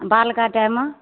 बाल काटैमे